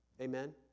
Amen